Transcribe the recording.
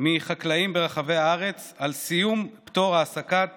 מחקלאים רבים ברחבי הארץ על סיום פטור העסקת